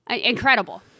Incredible